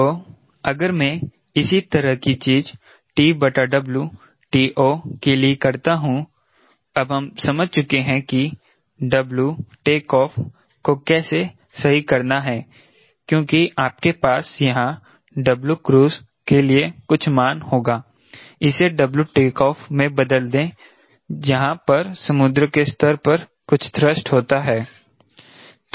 तो अगर मैं इसी तरह की चीज TO के लिए करता हूं अब हम समझ चुके हैं कि W टेकऑफ़ को कैसे सही करना है क्योंकि आपके पास यहां 𝑊cruise के लिए कुछ मान होगा इसे W टेकऑफ़ में बदल दें यहाँ पर समुद्र के स्तर पर कुछ थ्रस्ट होता है